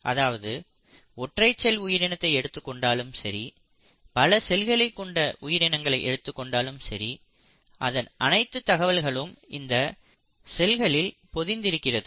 அதாவது ஒற்றை செல் உயிரினத்தை எடுத்துக்கொண்டாலும் சரி பல செல்களை கொண்ட உயிரினங்களை எடுத்துக்கொண்டாலும் சரி அதன் அனைத்து தகவல்களும் இந்த செல்களில் பொதிந்திருக்கிறது